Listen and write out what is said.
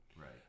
Right